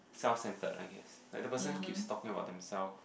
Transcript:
self centred I guess like the person keeps talking about themselves